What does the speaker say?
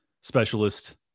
specialist